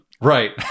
Right